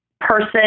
person